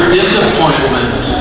disappointment